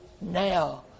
now